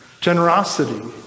generosity